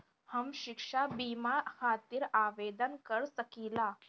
हम शिक्षा बीमा खातिर आवेदन कर सकिला?